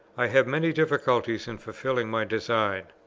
i have many difficulties in fulfilling my design.